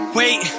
wait